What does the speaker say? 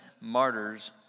martyrs